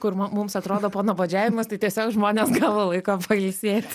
kur mu mums atrodo panuobodžiavimas tai tiesiog žmonės gavo laiko pailsėti